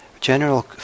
general